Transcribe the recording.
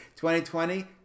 2020